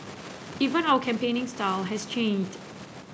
even our campaigning style has changed